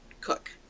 cook